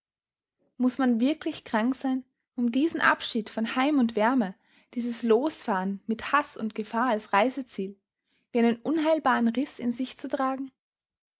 muß man wirklich krank sein um diesen abschied von heim und wärme dieses losfahren mit haß und gefahr als reiseziel wie einen unheilbaren riß in sich zu tragen